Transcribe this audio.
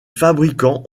fabricants